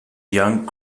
young